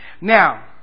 Now